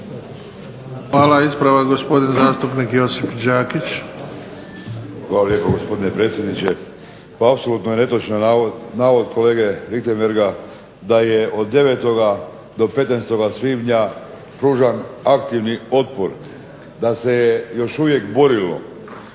Hvala. Ispravak gospodin zastupnik Josip Đakić. **Đakić, Josip (HDZ)** Hvala lijepo gospodine predsjedniče. Pa apsolutno je netočan navod kolege Richembergha, da je od 9. do 15. svibnja pružan aktivni otpor, da se još uvijek borilo.